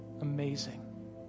amazing